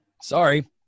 Sorry